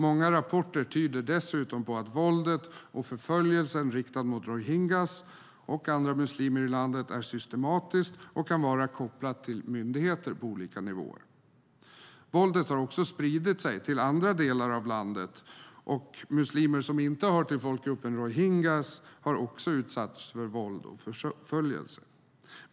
Många rapporter tyder dessutom på att våldet och förföljelsen riktad mot folkgruppen rohingya och andra muslimer i landet är systematiskt och kan vara kopplat till myndigheter på olika nivåer. Våldet har också spridit sig till andra delar av landet. Muslimer som inte hör till folkgruppen rohingya har också utsatts för våld och förföljelse.